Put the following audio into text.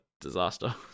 disaster